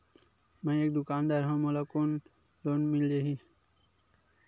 मै एक दुकानदार हवय मोला लोन मिल जाही?